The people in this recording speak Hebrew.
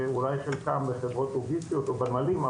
ואולי חלקם בחברות או בנמלים,